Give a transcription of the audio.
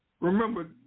Remember